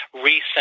recent